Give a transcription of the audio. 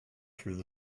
through